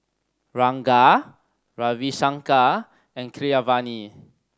Ranga Ravi Shankar and Keeravani